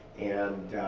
and,